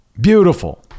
Beautiful